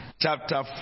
chapter